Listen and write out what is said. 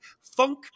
funk